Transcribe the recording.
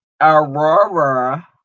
Aurora